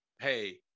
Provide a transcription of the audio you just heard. Hey